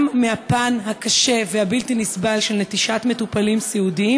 גם מהפן הקשה והבלתי-נסבל של נטישת מטופלים סיעודיים